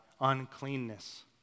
uncleanness